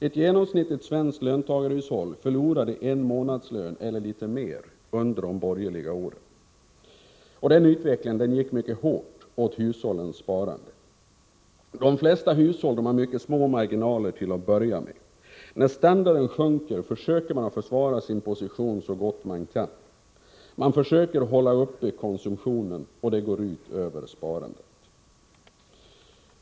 Ett genomsnittligt svenskt löntagarhushåll förlorade en månadslön, eller litet mer, under de borgerliga åren. Den utvecklingen gick mycket hårt åt hushållens sparande. De flesta hushåll har mycket små marginaler till att börja med. När standarden sjunker, försvarar de sin position så gott de kan. De försöker hålla uppe konsumtionen, och det går ut över sparandet.